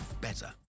better